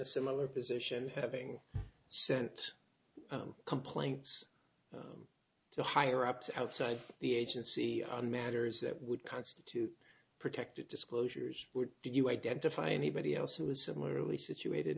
a similar position having sent complaints to higher ups outside the agency on matters that would constitute protective disclosures did you identify anybody else who was similarly situated